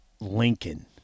Lincoln